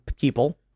people